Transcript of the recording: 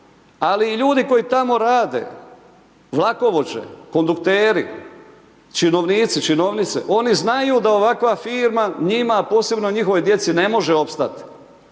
ali i ljudi koji tamo rade, vlakovođe, kondukteri, činovnici, činovnice, oni znaju da ovakva firma njima, posebno njihovoj djeci ne može opstat,